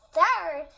Third